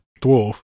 dwarf